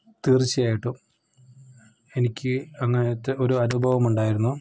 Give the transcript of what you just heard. തീർച്ചയായിട്ടും എനിക്ക് അങ്ങനത്തെ ഒരു അനുഭവമുണ്ടായിരുന്നു